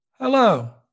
Hello